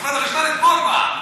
חברת החשמל אתמול באה.